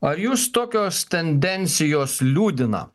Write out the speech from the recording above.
ar jus tokios tendencijos liūdina